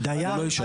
הוא לא ישלם.